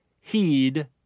heed